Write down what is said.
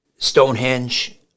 stonehenge